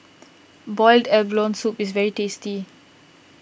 Boiled Abalone Soup is very tasty